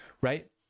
right